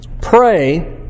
pray